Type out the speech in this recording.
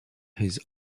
his